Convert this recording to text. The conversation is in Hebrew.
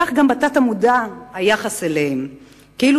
כך גם בתת-מודע היחס אליהם הוא כאילו